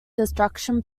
destruction